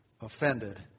offended